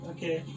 Okay